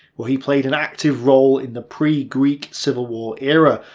where he played an active role in the pre-greek civil war era,